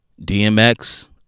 DMX